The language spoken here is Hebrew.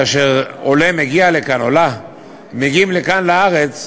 כאשר עולה או עולָה מגיעים לכאן לארץ,